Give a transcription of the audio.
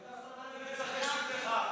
איזו הסתה יש נגדך?